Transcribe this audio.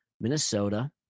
Minnesota